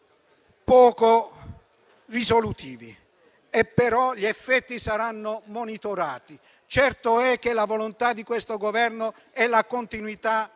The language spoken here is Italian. poco risolutivi, ma saranno monitorati. Certo è che la volontà di questo Governo è la continuità